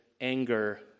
anger